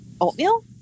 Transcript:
oatmeal